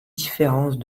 différences